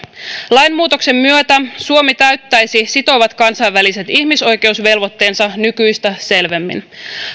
lainmuutoksen myötä suomi täyttäisi sitovat kansainväliset ihmisoikeusvelvoitteensa nykyistä selvemmin